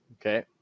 Okay